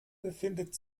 befindet